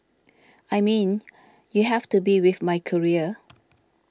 I mean you have to be with my career